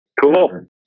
Cool